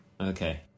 Okay